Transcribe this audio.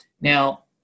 Now